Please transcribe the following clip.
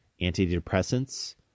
antidepressants